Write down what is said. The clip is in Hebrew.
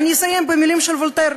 אסיים במילים של וולטר,